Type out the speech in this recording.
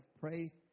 pray